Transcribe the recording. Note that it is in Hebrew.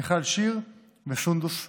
מיכל שיר וסונדוס סאלח.